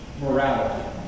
morality